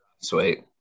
Sweet